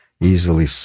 Easily